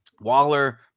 Waller